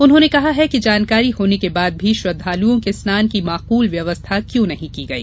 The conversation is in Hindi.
उन्होंने कहा है कि जानकारी होने के बाद भी श्रद्दालुओं के स्नान की माकल व्यवस्था क्यों नहीं की गई